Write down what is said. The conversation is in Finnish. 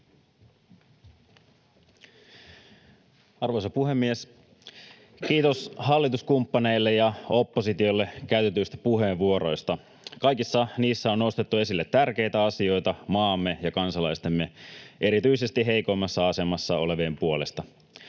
Arvoisa puhemies! Kiitos hallituskumppaneille ja oppositiolle käytetyistä puheenvuoroista. Kaikissa niissä on nostettu esille tärkeitä asioita maamme ja kansalaistemme, erityisesti heikoimmassa asemassa olevien puolesta.